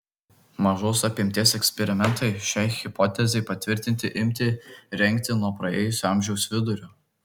mažos apimties eksperimentai šiai hipotezei patvirtinti imti rengti nuo praėjusio amžiaus vidurio